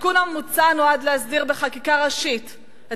התיקון המוצע נועד להסדיר בחקיקה ראשית את